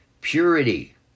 Purity